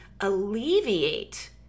alleviate